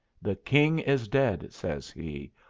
the king is dead, says he.